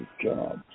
Jobs